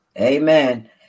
Amen